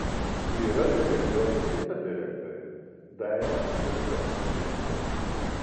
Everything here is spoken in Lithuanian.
yra deleguota kita direktorė daiva pentiokinienė